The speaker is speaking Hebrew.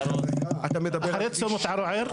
אחרי צומת ערערה.